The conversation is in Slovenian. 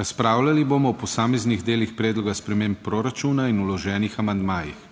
Razpravljali bomo o posameznih delih predloga sprememb proračuna in vloženih amandmajih.